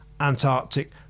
Antarctic